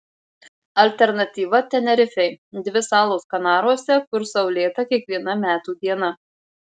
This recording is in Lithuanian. alternatyva tenerifei dvi salos kanaruose kur saulėta kiekviena metų diena